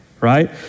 right